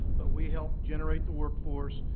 but we help generate the workforce,